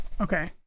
okay